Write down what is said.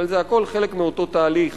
אבל זה הכול חלק מאותו תהליך